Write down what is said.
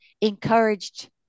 encouraged